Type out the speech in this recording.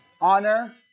honor